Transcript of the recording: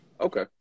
okay